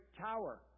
tower